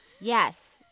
Yes